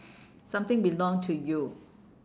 something belong to you